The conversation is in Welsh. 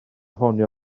ffonio